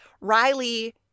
Riley